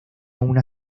una